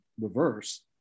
reverse